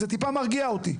זה טיפה מרגיע אותי.